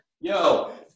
Yo